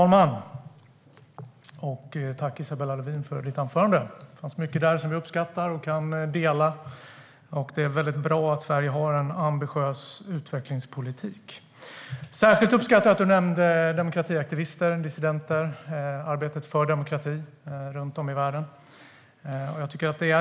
Herr talman! Tack, Isabella Lövin, för ditt anförande! Det fanns mycket där som jag uppskattar och kan dela. Det är väldigt bra att Sverige har en ambitiös utvecklingspolitik. Jag uppskattar särskilt att du nämnde demokratiaktivister, dissidenter och arbetet för demokrati runt om i världen.